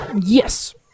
Yes